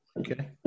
okay